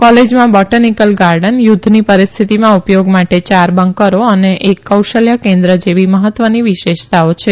કોલેજમાં botanical garden યુદ્ધની પરિસ્થિતિમાં ઉપયોગ માટે ચાર બન્કરો અને એક કૌશલ્ય કેન્દ્ર જેવી મહત્વની વિશેષતાઓ છે